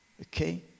Okay